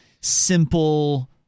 simple